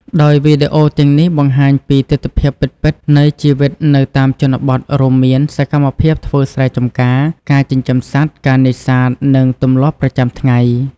ដោយវីដេអូទាំងនេះបង្ហាញពីទិដ្ឋភាពពិតៗនៃជីវិតនៅតាមជនបទ រួមមាន សកម្មភាពធ្វើស្រែចំការ ការចិញ្ចឹមសត្វ ការនេសាទ និងទម្លាប់ប្រចាំថ្ងៃ។